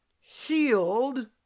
healed